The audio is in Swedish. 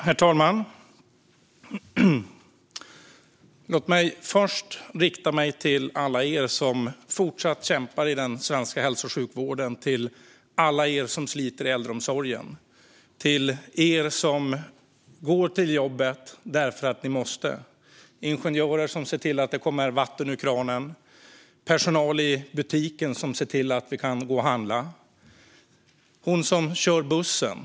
Herr talman! Låt mig först rikta mig till alla er som fortsatt kämpar i den svenska hälso och sjukvården, till alla er som sliter i äldreomsorgen och till er som går till jobbet därför att ni måste. Det är ingenjörer som ser till att det kommer vatten ur kranen, personal i butiken som ser till att vi kan gå och handla och hon som kör bussen.